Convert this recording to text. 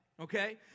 Okay